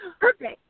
perfect